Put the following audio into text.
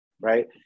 right